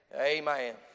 Amen